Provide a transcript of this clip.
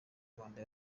rwanda